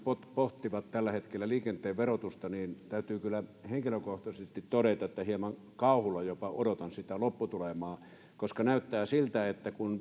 pohtivat tällä hetkellä liikenteen verotusta niin täytyy kyllä henkilökohtaisesti todeta että hieman kauhulla jopa odotan sitä lopputulemaa koska näyttää siltä että kun